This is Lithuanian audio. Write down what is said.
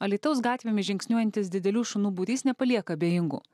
alytaus gatvėmis žingsniuojantis didelių šunų būrys nepalieka abejingų